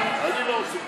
אני לא רוצה